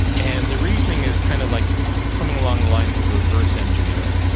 and the reasoning is kind of like something along the lines of reverse engineering